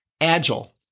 Agile